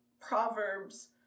proverbs